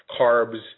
carbs